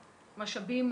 משאבים,